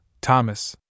Thomas